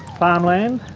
farm land,